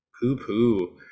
poo-poo